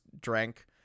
drank